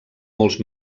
molts